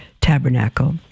tabernacle